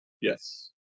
yes